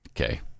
Okay